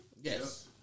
Yes